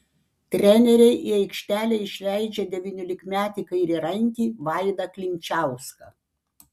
treneriai į aikštelę išleidžia devyniolikmetį kairiarankį vaidą klimčiauską